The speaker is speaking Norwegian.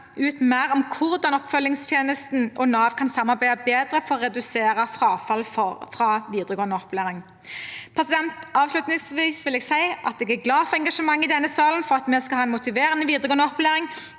ut mer om hvordan oppfølgingstjenesten og Nav kan samarbeide bedre for å redusere frafall fra videregående opplæring. Avslutningsvis vil jeg si at jeg er glad for engasjementet i denne salen for at vi skal ha en motiverende videregående opplæring